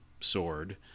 sword